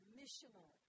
missional